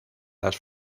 las